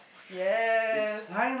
yes